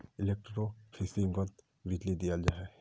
एलेक्ट्रोफिशिंगोत बीजली दियाल जाहा